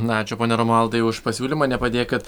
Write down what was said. na ačiū pone romualdai už pasiūlymą nepadėkit